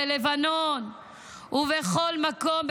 בלבנון ובכל מקום,